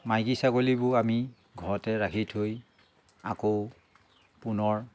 মাইকী ছাগলীবোৰ আমি ঘৰতে ৰাখি থৈ আকৌ পুনৰ